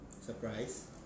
surprise